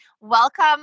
Welcome